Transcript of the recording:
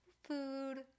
food